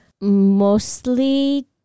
mostly